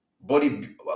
body